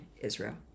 Israel